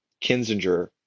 Kinzinger